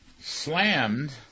slammed